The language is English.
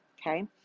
Okay